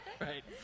Right